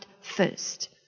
first